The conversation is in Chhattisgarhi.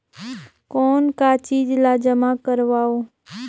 कौन का चीज ला जमा करवाओ?